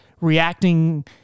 reacting